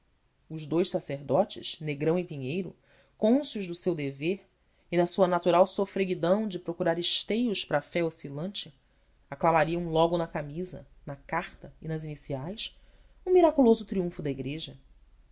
os dous sacerdotes negrão e pinheiro cônscios do seu dever e na sua natural sofreguidão de procurar esteios para a fé oscilante aclamariam logo na camisa na carta e as iniciais um miraculoso triunfo da igreja